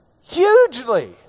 Hugely